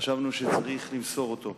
חשבנו שצריך למסור אותו.